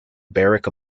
berwick